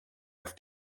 auf